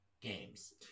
games